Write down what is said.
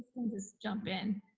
just jump in.